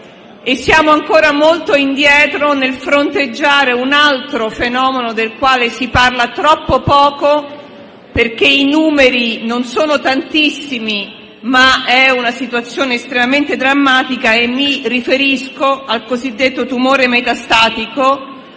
siamo ancora molto indietro nel fronteggiare un altro fenomeno del quale si parla troppo poco, perché i numeri non sono tantissimi, ma è una situazione estremamente drammatica: mi riferisco al cosiddetto tumore metastatico,